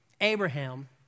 Abraham